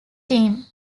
team